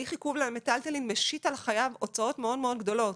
הליך עיקול המיטלטלין משית על החייב הוצאות מאוד גדולות.